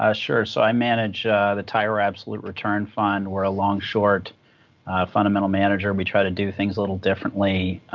ah sure. so i manage the tyro absolute return fund. we're a long-short fundamental manager. and we try to do things a little differently.